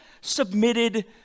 submitted